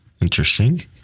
Interesting